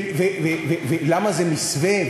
ולמה זה מסווה?